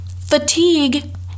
fatigue